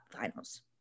finals